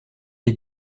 est